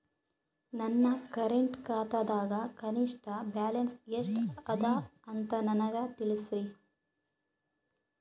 ನನ್ನ ಕರೆಂಟ್ ಖಾತಾದಾಗ ಕನಿಷ್ಠ ಬ್ಯಾಲೆನ್ಸ್ ಎಷ್ಟು ಅದ ಅಂತ ನನಗ ತಿಳಸ್ರಿ